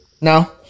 No